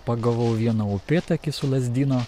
pagavau vieną upėtakį su lazdyno